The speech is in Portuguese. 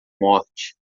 morte